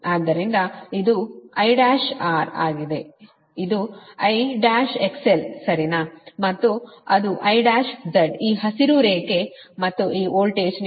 ಆದ್ದರಿಂದ ಇದು I1R ಆಗಿದೆ ಇದು I1XL ಸರಿ ಮತ್ತು ಇದು I1Z ಈ ಹಸಿರು ರೇಖೆ ಮತ್ತು ಈ ವೋಲ್ಟೇಜ್ ನಿಮ್ಮ VS ಎಂದು ಕರೆಯುವಿರಿ